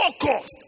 Focused